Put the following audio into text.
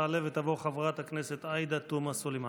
תעלה ותבוא חברת הכנסת עאידה תומא סלימאן.